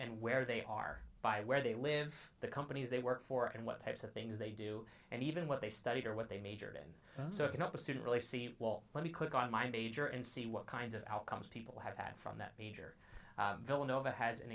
and where they are by where they live the companies they work for and what types of things they do and even what they studied or what they majored in soaking up a student really see well let me click on my major and see what kinds of outcomes people have had from that major villanova has an